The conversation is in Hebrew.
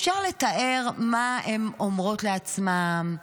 אפשר לתאר מה הן אומרות לעצמן?